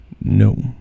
No